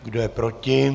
Kdo je proti?